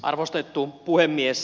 arvostettu puhemies